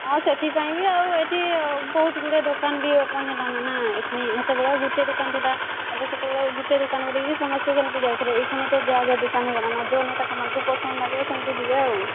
ହଁ ସେଥିପାଇଁ ବି ଆଉ ଏଠି ବହୁତ ଭିଡ଼ ଦୋକାନ ବି ଓପନ୍ ହେଲାନା ନାଇ ଏହିକ୍ଷଣି ସେତେବେଳେ ଗୋଟେ ଦୋକାନ ଥୁଲା ଆଗେ ସେତେବେଳେ ଗୋଟେ ଦୁକାନ ବୋଲି କି ସମସ୍ତେ ଯାଉଥିଲେ ଏଇକ୍ଷଣି ଯାହା ଯାହା ଦୋକାନ ହୋଇଗଲାଣି ନା ଯୋଉଟା ସେମାନଙ୍କୁ ପସନ୍ଦ ଲାଗିବ ସେମିତି ଯିବେ ଆଉ